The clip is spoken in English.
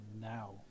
now